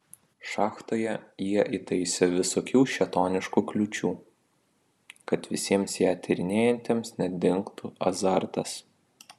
šachtoje jie įtaisė visokių šėtoniškų kliūčių kad visiems ją tyrinėjantiems nedingtų azartas